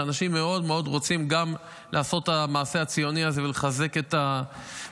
שאנשים מאוד מאוד רוצים גם לעשות את המעשה הציוני הזה ולחזק את התושבים,